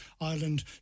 Ireland